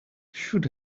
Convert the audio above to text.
should